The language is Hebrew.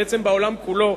בעצם בעולם כולו,